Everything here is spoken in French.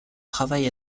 travail